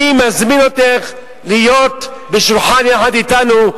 אני מזמין אותך להיות בשולחן יחד אתנו,